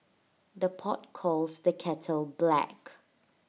the pot calls the kettle black